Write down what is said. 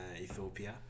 Ethiopia